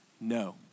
no